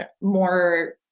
more